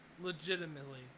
legitimately